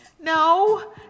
No